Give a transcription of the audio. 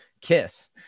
Kiss